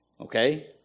Okay